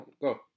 Go